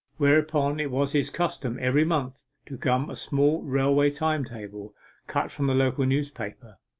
whereon it was his custom every month to gum a small railway time-table cut from the local newspaper.